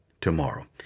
tomorrow